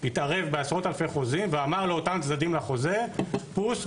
התערב בעשרות אלפי חוזים ואמר לאותם צדדים לחוזה 'פוס',